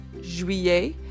juillet